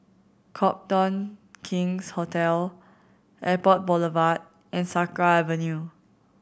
Copthorne King's Hotel Airport Boulevard and Sakra Avenue